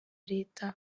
leta